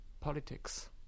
politics